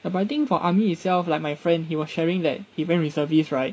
but I think for army itself like my friend he was sharing that he went reservist right